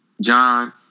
John